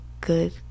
good